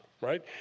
right